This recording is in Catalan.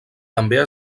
també